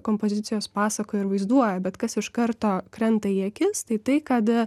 kompozicijos pasakoja ir vaizduoja bet kas iš karto krenta į akis taitai kad